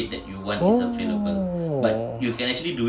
oh